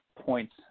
points